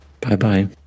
Bye-bye